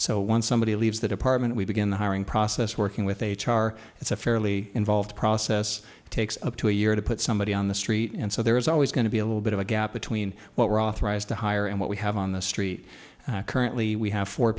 once somebody leaves the department we begin the hiring process working with h r it's a fairly involved process takes up to a year to put somebody on the street and so there is always going to be a little bit of a gap between what we're authorized to hire and what we have on the street currently we have four